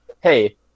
hey